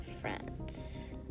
friends